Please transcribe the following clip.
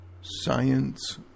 Science